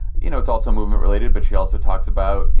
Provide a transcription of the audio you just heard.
you know, it's also movement related, but she also talks about, you